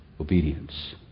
obedience